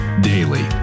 Daily